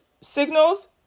signals